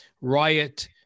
riot